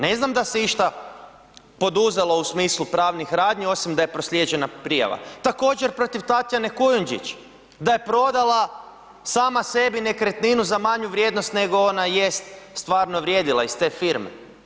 Ne znam da se išta poduzelo u smislu pravnih radnji osim da je proslijeđena prijava, također protiv Tatjana Kujundžić da je prodala sama sebi nekretninu za manju vrijednost nego ona jest stvarno vrijedila iz te firme.